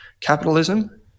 Capitalism